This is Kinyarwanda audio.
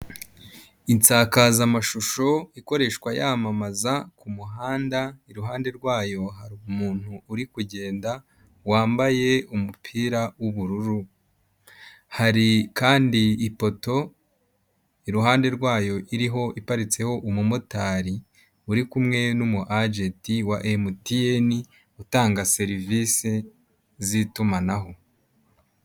Insakazamashusho ikoreshwa yamamaza ku muhanda, iruhande rwayo hari umuntu uri kugenda, wambaye umupira w'ubururu, hari kandi ipoto, iruhande rwayo iriho iparitseho umumotari, uri kumwe n'umu ajenti wa Mtn, utanga serivisi z'itumanaho.